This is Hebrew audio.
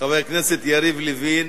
חבר הכנסת יריב לוין,